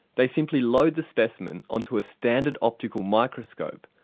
they simply load the specimen onto a standard optical microscope,